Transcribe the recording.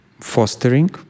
Fostering